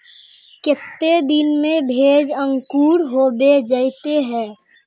केते दिन में भेज अंकूर होबे जयते है?